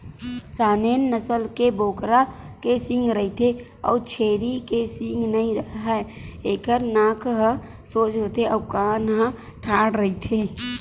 Saanen नसल के बोकरा के सींग रहिथे अउ छेरी के सींग नइ राहय, एखर नाक ह सोज होथे अउ कान ह ठाड़ रहिथे